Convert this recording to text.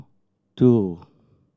two